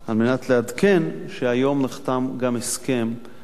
אני רוצה רק לנצל את ההזדמנות על מנת לעדכן שהיום נחתם גם הסכם בין